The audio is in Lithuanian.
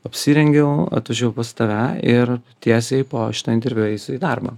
apsirengiau atvažiavau pas tave ir tiesiai po šito interviu eisiu į darbą